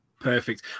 Perfect